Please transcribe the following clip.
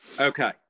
Okay